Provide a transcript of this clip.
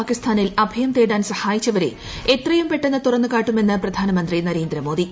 പാകിസ്ഥാനിൽ അഭയം തേടാൻ സഹായിച്ചവരെ എത്രയും പെട്ടെന്ന് തുറന്ന് കാട്ടുമെന്ന് പ്രധാനമന്ത്രി നരേന്ദ്രമോദി